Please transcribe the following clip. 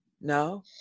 No